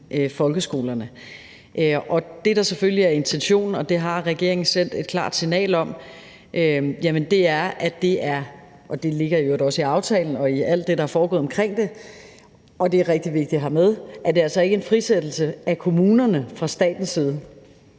folkeskolerne. Det, der selvfølgelig er intentionen – det har regeringen sendt et klart signal om, og det ligger i øvrigt også i aftalen og i alt det, der er foregået omkring den, og det er rigtig vigtigt at have med – er, at det altså ikke er en frisættelse af kommunerne fra statens side.